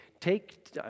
take